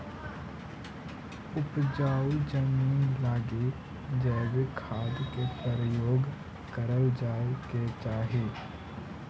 उपजाऊ जमींन लगी जैविक खाद के प्रयोग करल जाए के चाही